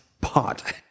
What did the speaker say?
pot